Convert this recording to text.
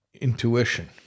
intuition